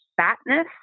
fatness